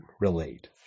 relate